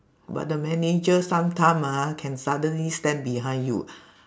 but the manager sometime ah can suddenly stand behind you